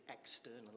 external